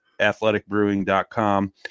athleticbrewing.com